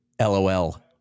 LOL